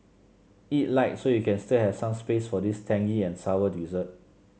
eat light so you can still have some space for this tangy and sour dessert